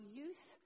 youth